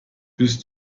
bist